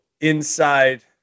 inside